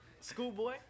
Schoolboy